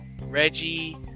Reggie